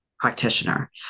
practitioner